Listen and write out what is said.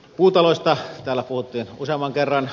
puutaloista täällä puhuttiin useamman kerran